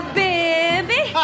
baby